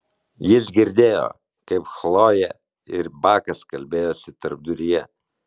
jis girdėjo kaip chlojė ir bakas kalbėjosi tarpduryje